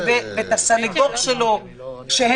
לגבי דיוני מעצרים זה משהו שנצטרך כמובן --- אני